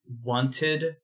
wanted